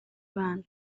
bana